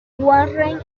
warren